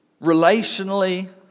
relationally